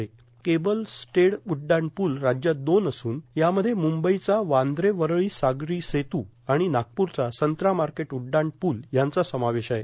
अशा प्रकारचं cable stayed उड्डाण पूल राज्यात दोन असून यामध्ये मुंबईच्या वांद्रे वरळी सागरों सेतू आर्गाण नागपूरच्या संत्रा माकट उड्डाण पूल यांचा समावेश आहे